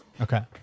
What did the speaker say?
Okay